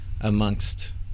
amongst